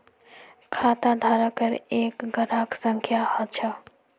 खाताधारकेर एक ग्राहक संख्या ह छ